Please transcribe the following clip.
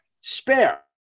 Spare